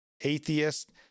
atheist